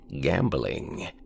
gambling